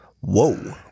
whoa